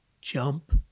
Jump